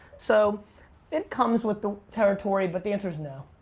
so it comes with the territory, but the answer's no.